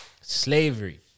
slavery